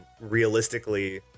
realistically